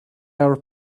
our